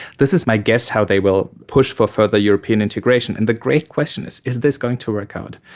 this is my guess how they will push for further european integration. and the great question is is this going to work out?